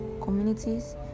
communities